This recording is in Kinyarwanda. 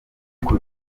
ngo